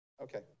Okay